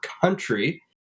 country